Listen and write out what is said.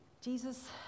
Jesus